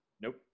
Nope